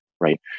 right